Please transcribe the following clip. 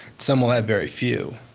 some will have very few.